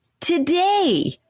today